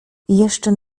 jeszcze